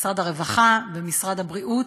הרווחה ומשרד הבריאות,